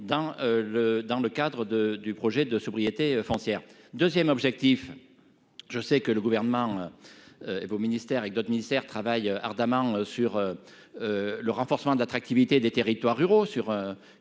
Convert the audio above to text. dans le cadre de, du projet de sobriété foncière 2ème objectif. Je sais que le gouvernement. Vos ministères et d'autres ministères travaillent ardemment sur. Le renforcement de l'attractivité des territoires ruraux sur